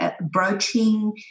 broaching